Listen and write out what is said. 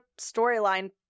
storyline